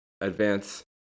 advance